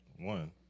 one